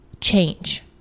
change